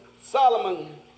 Solomon